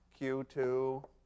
q2